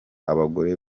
abagore